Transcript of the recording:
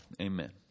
Amen